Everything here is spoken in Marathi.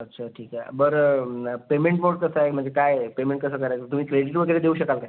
अच्छा ठीक आहे बरं पेमेंट मोड कसा आहे म्हणजे काय पेमेंट कसं करायचं तुम्ही क्रेडीट वगैरे देऊ शकाल काय